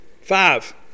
Five